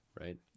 right